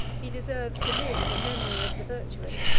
he deserves to live in the memory of the virtuous,